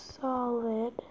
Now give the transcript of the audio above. solid